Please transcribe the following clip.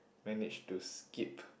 manage to skip